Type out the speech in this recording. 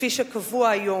כפי שקבוע היום.